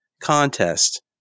contest